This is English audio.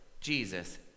Jesus